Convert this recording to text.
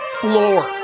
floor